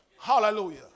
Hallelujah